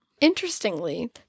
Interestingly